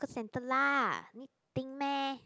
centre lah need think meh